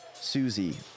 Susie